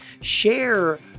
share